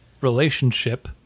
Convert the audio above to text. relationship